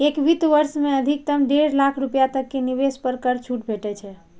एक वित्त वर्ष मे अधिकतम डेढ़ लाख रुपैया तक के निवेश पर कर छूट भेटै छै